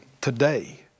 today